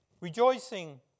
rejoicing